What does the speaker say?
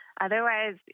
otherwise